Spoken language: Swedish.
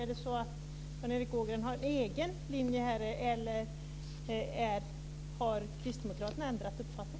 Är det så att Jan Erik Ågren för en egen linje eller har kristdemokraterna ändrat uppfattning?